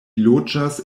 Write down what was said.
loĝas